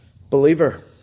Believer